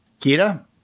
Kira